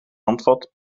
handvat